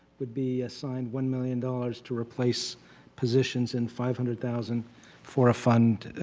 would be assigned one million dollars to replace positions and five hundred thousand for a fund,